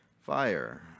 Fire